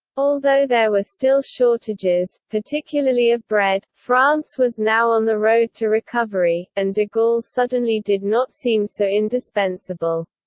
although there were still shortages, particularly of bread, france was now on the road to recovery, and de gaulle suddenly did not seem so indispensable.